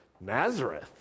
Nazareth